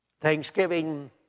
Thanksgiving